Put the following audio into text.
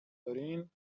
دارین